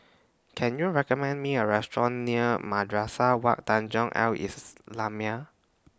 Can YOU recommend Me A Restaurant near Madrasah Wak Tanjong Al Islamiah